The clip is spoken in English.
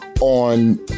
on